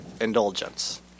indulgence